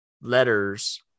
letters